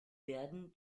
werden